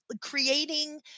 creating